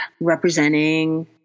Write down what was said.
representing